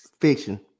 Fiction